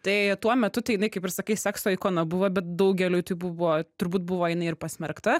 tai tuo metu tai jinai kaip ir sakai sekso ikona buvo bet daugeliui tai buvo turbūt buvo jinai ir pasmerkta